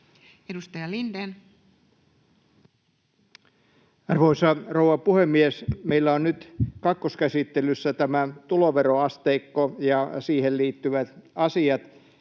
Edustaja Lindén. Arvoisa rouva puhemies! Meillä on nyt kakkoskäsittelyssä tämä tuloveroasteikko ja siihen liittyvät asiat.